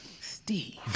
Steve